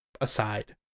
aside